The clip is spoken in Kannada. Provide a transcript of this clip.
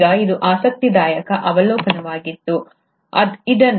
ಈಗ ಇದು ಆಸಕ್ತಿದಾಯಕ ಅವಲೋಕನವಾಗಿತ್ತು ಇದನ್ನು ಜೆ